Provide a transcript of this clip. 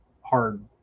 hard